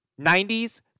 90s